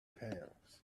pounds